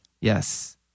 Yes